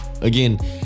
again